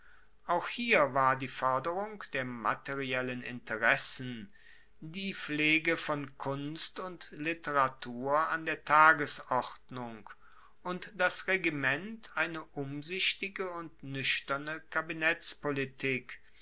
auch hier war die foerderung der materiellen interessen die pflege von kunst und literatur an der tagesordnung und das regiment eine umsichtige und nuechterne